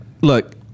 look